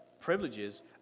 privileges